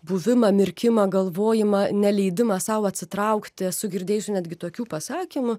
buvimą mirkimą galvojimą neleidimą sau atsitraukti esu girdėjusi netgi tokių pasakymų